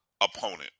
opponent